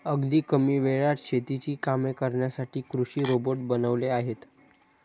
अगदी कमी वेळात शेतीची कामे करण्यासाठी कृषी रोबोट बनवले आहेत